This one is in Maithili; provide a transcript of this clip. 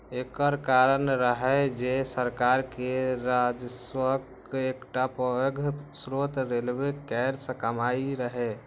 एकर कारण रहै जे सरकार के राजस्वक एकटा पैघ स्रोत रेलवे केर कमाइ रहै